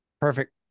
Perfect